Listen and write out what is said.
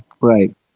Right